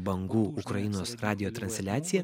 bangų ukrainos radijo transliacija